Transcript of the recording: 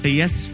yes